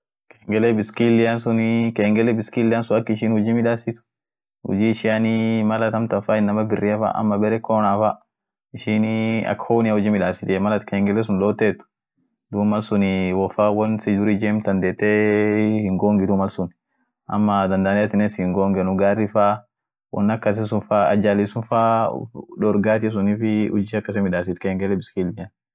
Trumpetinii ishinii sauti duftuuni kwanza afaan kas kayeteni afuufenie bare mauth pisii sun fa afan kas kaeteni duumi vaibretion duftiinie. dumii afan sun mal atin afuufteet vibretite duum aminenii malsun galakisitie. duum malsun bare hidia sun afuufeni duum sautin akas duftie